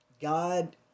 God